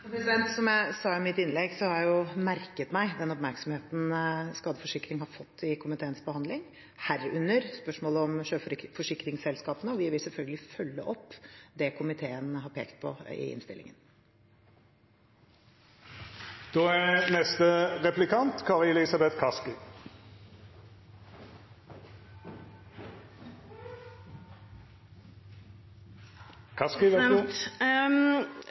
Som jeg sa i mitt innlegg, har jeg merket meg den oppmerksomheten skadeforsikring har fått i komiteens behandling, herunder spørsmålet om sjøforsikringsselskapene, og vi vil selvfølgelig følge opp det komiteen har pekt på i innstillingen. Jeg takker for svaret fra finansministeren. Det er